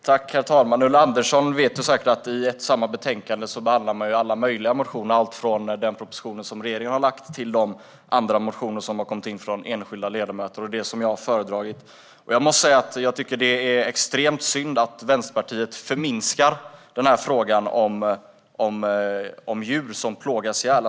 Herr talman! Ulla Andersson vet säkert att man i ett och samma betänkande behandlar alla möjliga motioner, allt från den proposition som regeringen har lagt till de andra motioner som har kommit in från enskilda ledamöter och det som jag har föredragit. Jag tycker att det är extremt synd att Vänsterpartiet förminskar frågan om djur som plågas ihjäl.